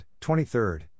23